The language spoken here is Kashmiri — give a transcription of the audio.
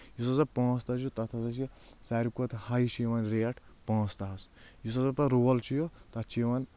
یُس ہسا پانٛژھ تاہہ چھُ تَتھ ہسا چھُ ساروٕے کھۄتہٕ ہاے چھُ یِوان ریٹ پانٛژھ تاہس یُس ہسا پتہٕ رول چھُ یہِ تتھ چھِ یِوان